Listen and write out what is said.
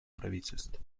правительств